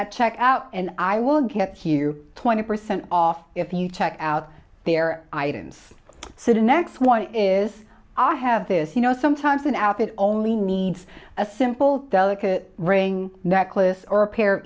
at checkout and i will get you twenty percent off if you check out their items sitting next one is i have this you know sometimes an app that only needs a simple delicate ring necklace or a pair